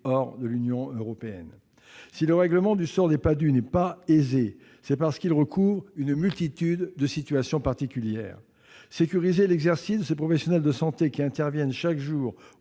hors de l'Union européenne. Si le règlement du sort des Padhue n'est pas aisé, c'est parce que ce statut recouvre une multitude de situations particulières. Sécuriser l'exercice de ces professionnels de santé qui interviennent chaque jour